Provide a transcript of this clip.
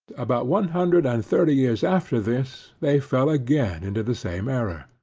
about one hundred and thirty years after this, they fell again into the same error.